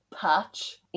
patch